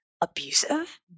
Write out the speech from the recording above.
abusive